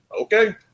okay